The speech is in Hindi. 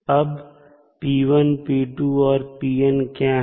अब p1p2 और pn क्या है